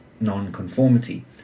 non-conformity